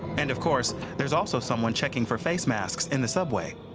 and, of course, there's also someone checking for face masks in the subway